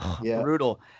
Brutal